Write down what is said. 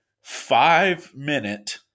five-minute